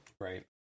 Right